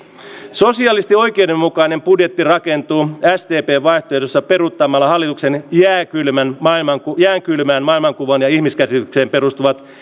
sosiaalisesti oikeudenmukainen budjetti rakentuu sdpn vaihtoehdossa peruuttamalla hallituksen jääkylmään maailmankuvaan jääkylmään maailmankuvaan ja ihmiskäsitykseen perustuvat